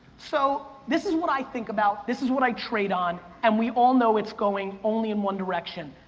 so, this is what i think about, this is what i trade on, and we all know it's going only in one direction.